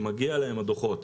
שמגיעים להם הדוחות.